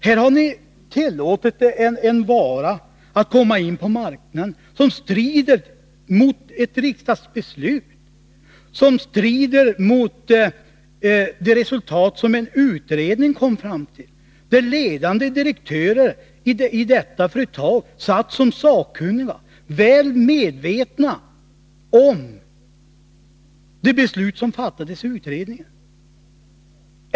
Här har ni tillåtit en vara att komma in på marknaden, i strid mot ett riksdagsbeslut och i strid mot det resultat som en utredning kommit fram till, där ledande direktörer i detta företag satt som sakkunniga, väl medvetna om det beslut som fattades i utredningen.